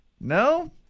No